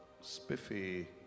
spiffy